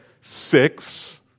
Six